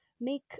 make